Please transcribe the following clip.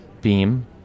Beam